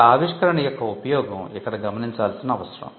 ఒక ఆవిష్కరణ యొక్క ఉపయోగం ఇక్కడ గమనించాల్సిన అవసరం